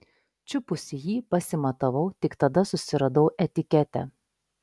čiupusi jį pasimatavau tik tada susiradau etiketę